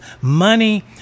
money